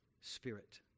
spirit